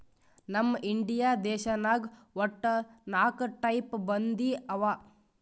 ನಮ್ ಇಂಡಿಯಾ ದೇಶನಾಗ್ ವಟ್ಟ ನಾಕ್ ಟೈಪ್ ಬಂದಿ ಅವಾ